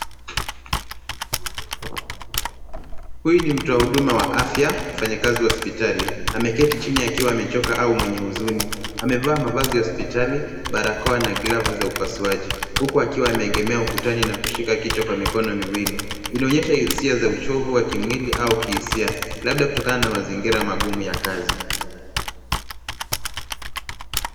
Huyu mtu wa huduma wa afya, mfanyikazi wa hospitali. Ameketi chini akiwa amechoka au mwenye huzuni. Amevaa mavazi ya hospitali, barakoa na glavu za upasuaji. Huku akiwa amegemea ukutani na kushika kichwa kwa mikono miwili. Inaonyesha hisia za uchovu wa kimwili au kihisia, labda kutokana na mazingira magumu ya kazi.